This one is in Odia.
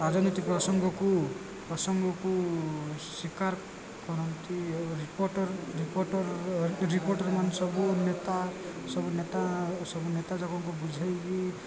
ରାଜନୈତିକ ପ୍ରସଙ୍ଗକୁ ପ୍ରସଙ୍ଗକୁ ସ୍ୱୀକାର କରନ୍ତି ରିପୋର୍ଟର୍ ରିପୋର୍ଟର୍ ରିପୋର୍ଟର୍ମାନେ ସବୁ ନେତା ସବୁ ନେତା ସବୁ ନେତାମାନଙ୍କୁ ବୁଝେଇକି